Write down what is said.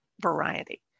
variety